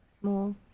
Small